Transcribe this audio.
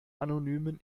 anonymen